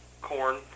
corn